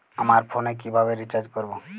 আমার ফোনে কিভাবে রিচার্জ করবো?